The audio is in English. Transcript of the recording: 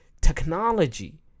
technology